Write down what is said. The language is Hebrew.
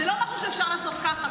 זה לא משהו שאפשר לעשות ככה.